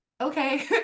okay